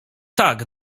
tak